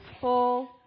full